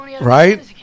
Right